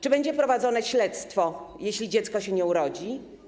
Czy będzie prowadzone śledztwo, jeśli dziecko się nie urodzi?